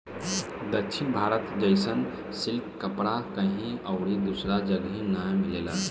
दक्षिण भारत जइसन सिल्क कपड़ा कहीं अउरी दूसरा जगही नाइ मिलेला